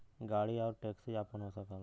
गाड़ी आउर टैक्सी आपन हो सकला